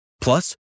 Plus